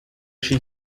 she